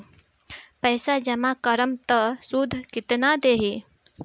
पैसा जमा करम त शुध कितना देही?